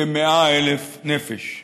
כ-100,000 נפש.